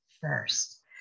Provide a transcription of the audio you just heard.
first